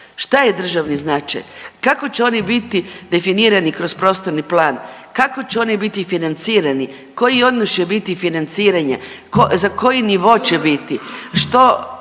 šta je državni značaj, kako će oni biti definirani kroz prostorni plan, kako će oni biti financirani, koji odnos će biti financiranja, za koji nivo će biti, što